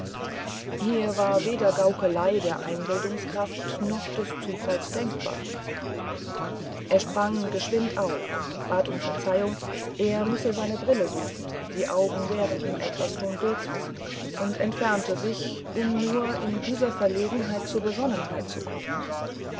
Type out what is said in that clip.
hier war weder gaukelei der einbildungskraft noch des zufalls denkbar er sprang geschwind auf bat um verzeihung er müsse seine brille suchen die augen wären ihm etwas dunkel und entfernte sich um nur in dieser verlegenheit zur besonnenheit zu kommen